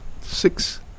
six